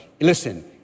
Listen